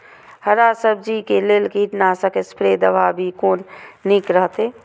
हरा सब्जी के लेल कीट नाशक स्प्रै दवा भी कोन नीक रहैत?